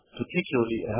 particularly